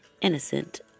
innocent